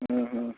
ଉଁ ହୁଁ